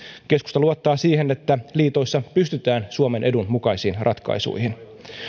keskusta luottaa siihen että liitoissa pystytään suomen edun mukaisiin ratkaisuihin